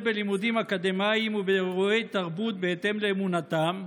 בלימודים אקדמיים ובאירועי תרבות בהתאם לאמונתם,